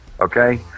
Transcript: Okay